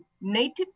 native